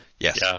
Yes